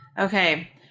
Okay